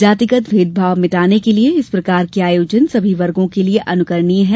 जातिगत भेदभाव मिटाने के लिये इस प्रकार के आयोजन सभी वर्गो के लिये अनुकरणीय हैं